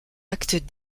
actes